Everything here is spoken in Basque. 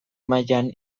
mailan